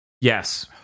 Yes